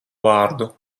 vārdu